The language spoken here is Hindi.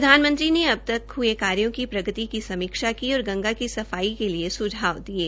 प्रधानमंत्री ने अब तक हुए कार्यों की प्रगति की समीक्षा की और गंगा की सफाई के लिए सुझाव दिये